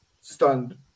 stunned